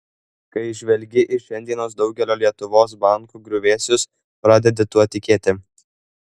kai žvelgi į šiandienos daugelio lietuvos bankų griuvėsius pradedi tuo tikėti